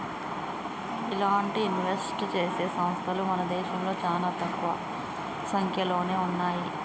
ఇలాంటి ఇన్వెస్ట్ చేసే సంస్తలు మన దేశంలో చానా తక్కువ సంక్యలోనే ఉన్నయ్యి